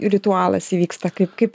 ritualas įvyksta kaip kaip